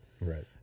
Right